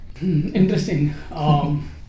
Interesting